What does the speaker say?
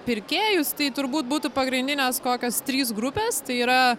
pirkėjus tai turbūt būtų pagrindinės kokios trys grupes tai yra